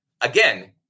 Again